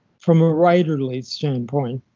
from a writerly standpoint.